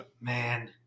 man